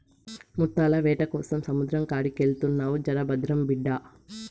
ముత్తాల వేటకోసం సముద్రం కాడికెళ్తున్నావు జర భద్రం బిడ్డా